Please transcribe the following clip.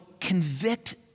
convict